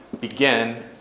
begin